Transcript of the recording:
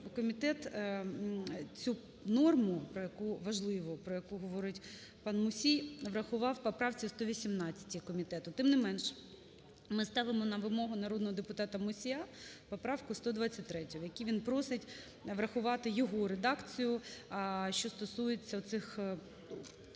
що комітет цю норму важливу, про яку говорить пан Мусій, врахував в поправці 118-й комітету. Тим не менш, ми ставимо на вимогу народного депутата Мусія поправку 123-ю, в якій він просить врахувати його редакцію, що стосується цих